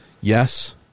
Yes